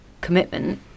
commitment